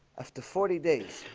after forty days.